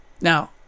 now